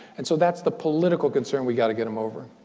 and so, that's the political concern we've got to get them over.